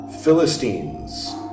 Philistines